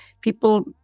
People